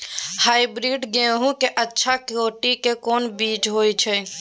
Hybrid गेहूं के अच्छा कोटि के कोन बीज होय छै?